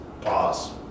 Pause